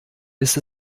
ist